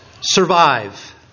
survive